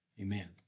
amen